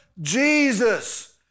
Jesus